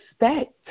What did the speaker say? respect